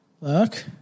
Look